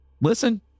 listen